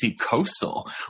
Coastal